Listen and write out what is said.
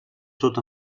sud